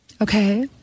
Okay